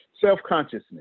Self-consciousness